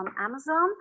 Amazon